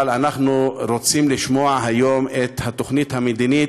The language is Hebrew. אבל אנחנו רוצים לשמוע היום את התוכנית המדינית,